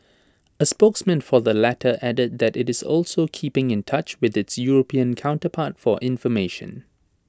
A spokesman for the latter added that IT is also keeping in touch with its european counterpart for information